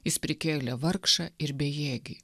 jis prikėlė vargšą ir bejėgį